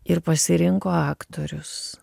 ir pasirinko aktorius